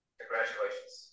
Congratulations